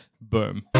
Boom